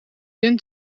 zin